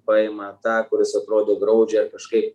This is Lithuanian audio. paima tą kuris atrodo graudžiai ar kažkaip